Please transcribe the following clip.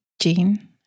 gene